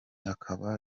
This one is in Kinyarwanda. akaba